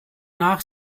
nach